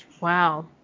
Wow